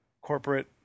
corporate